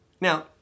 Now